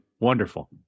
wonderful